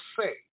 say